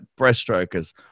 breaststrokers